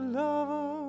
lover